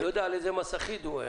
אני לא יודע על איזה מס אחיד להתייחס.